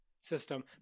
system